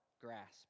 grasp